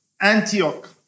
Antioch